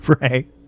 Right